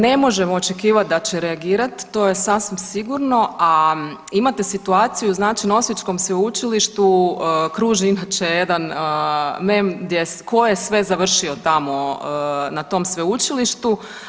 Ne možemo očekivati da će reagirati to je sasvim sigurno, a imate situaciju znači na osječkom sveučilištu kruži inače jedan mem tko je sve završio tamo na tom sveučilištu.